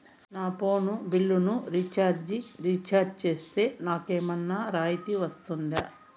నా ఫోను బిల్లును recharge recharge సేస్తే, నాకు ఏమన్నా రాయితీ వస్తుందా?